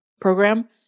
program